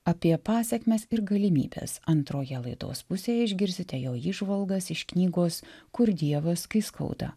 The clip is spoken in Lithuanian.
apie pasekmes ir galimybes antroje laidos pusėje išgirsite jo įžvalgas iš knygos kur dievas kai skauda